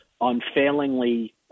unfailingly